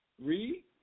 Read